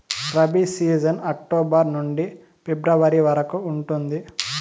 rabi season October నుండి February వరకు ఉంటుంది